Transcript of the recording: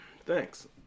Thanks